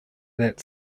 that